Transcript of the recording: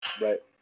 Right